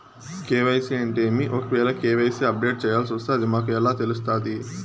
KYC అంటే ఏమి? ఒకవేల కె.వై.సి అప్డేట్ చేయాల్సొస్తే అది మాకు ఎలా తెలుస్తాది?